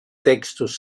textos